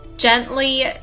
gently